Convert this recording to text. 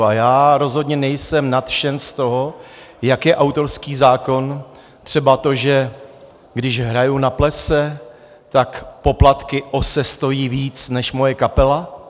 A já rozhodně nejsem nadšen z toho, jak je autorský zákon třeba to, když hraji na plese, tak poplatky Ose stojí víc než moje kapela.